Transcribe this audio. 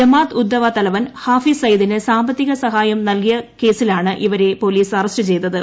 ജമാദ് ഉദ്ധവ തലവൻ ഹഫീസ് സയ്ദിന് സാമ്പത്തിക സഹായം ലഭ്യമാക്കിയ കേസിലാണ് ഇവരെ പോലീസ് അറസ്റ്റ് ചെയ്തത്